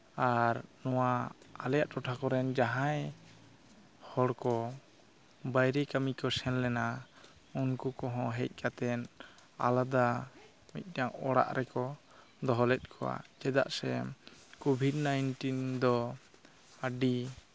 ᱟᱨ ᱱᱚᱣᱟ ᱟᱞᱮᱭᱟᱜ ᱴᱚᱴᱷᱟ ᱠᱚᱨᱮᱱ ᱡᱟᱦᱟᱸᱭ ᱦᱚᱲ ᱠᱚ ᱵᱟᱭᱨᱮ ᱠᱚ ᱥᱮᱱ ᱞᱮᱱᱟ ᱩᱱᱠᱩ ᱠᱚᱦᱚᱸ ᱦᱮᱡ ᱠᱟᱛᱮ ᱟᱞᱟᱫᱟ ᱢᱤᱫᱴᱟᱝ ᱚᱲᱟᱜ ᱨᱮᱠᱚ ᱫᱚᱦᱚ ᱞᱮᱫ ᱠᱚᱣᱟ ᱪᱮᱫᱟᱜ ᱥᱮ ᱠᱳᱵᱷᱤᱰ ᱱᱟᱭᱤᱱᱴᱤᱱ ᱫᱚ ᱟᱹᱰᱤ